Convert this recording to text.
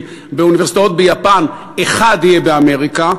באוניברסיטאות ביפן אחד יהיה באמריקה,